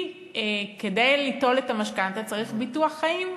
כי כדי ליטול משכנתה צריך ביטוח חיים,